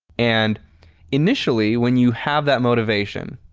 and initially, when you have that motivation,